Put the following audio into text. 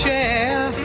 Share